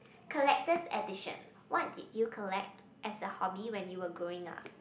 collected addition what did you collect as a hobby when you were growing up